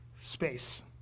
space